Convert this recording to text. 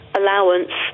allowance